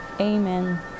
Amen